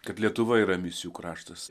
kad lietuva yra misijų kraštas